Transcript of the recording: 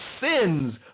sins